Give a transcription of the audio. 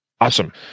Awesome